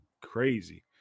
Crazy